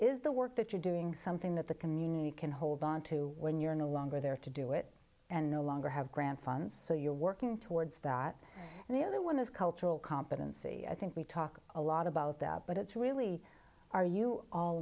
is the work that you're doing something that the community can hold on to when you're no longer there to do it and no longer have grant funds so you're working towards that and the other one is cultural competency i think we talk a lot about that but it's really are you all